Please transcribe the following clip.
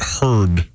heard